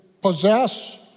possess